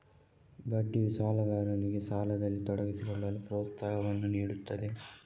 ಬಡ್ಡಿಯು ಸಾಲಗಾರನಿಗೆ ಸಾಲದಲ್ಲಿ ತೊಡಗಿಸಿಕೊಳ್ಳಲು ಪ್ರೋತ್ಸಾಹವನ್ನು ನೀಡುತ್ತದೆ